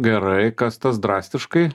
gerai kas tas drastiškai